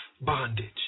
bondage